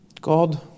God